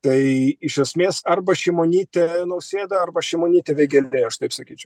tai iš esmės arba šimonytė nausėda arba šimonytė vėgėlė aš taip sakyčiau